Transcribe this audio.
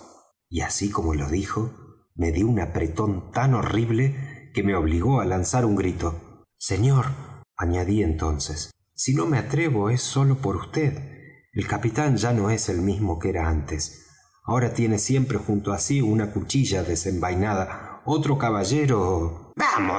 y así como lo dijo me dió un apretón tan horrible que me obligó á lanzar un grito señor añadí entonces si no me atrevo es sólo por vd el capitán ya no es el mismo que era antes ahora tiene siempre junto á sí una cuchilla desenvainada otro caballero